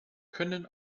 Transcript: können